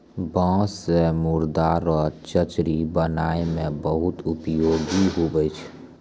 बाँस से मुर्दा रो चचरी बनाय मे बहुत उपयोगी हुवै छै